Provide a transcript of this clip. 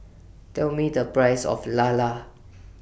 Tell Me The Price of Lala